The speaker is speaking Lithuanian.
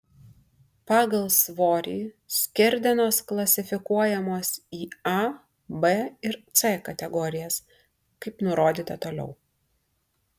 pagal svorį skerdenos klasifikuojamos į a b ir c kategorijas kaip nurodyta toliau